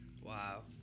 wow